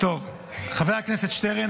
חבר הכנסת שטרן,